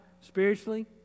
spiritually